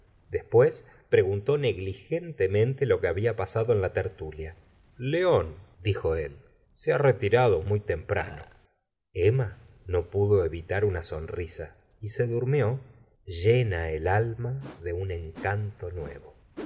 después preguntó negligentemente lo que había pasado en la tertulia león dijo él se ha retirado muy temprano emma no pudo evitar una sonrisa y se durmió llena el alma de un encanto nuevo